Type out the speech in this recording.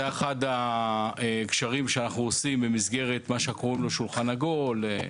זה אחד הקשרים שאנחנו עושים במסגרת מה שאנחנו קוראים לו ׳שולחן עגול׳,